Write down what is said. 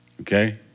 Okay